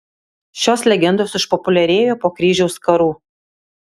šios legendos išpopuliarėjo po kryžiaus karų